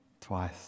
twice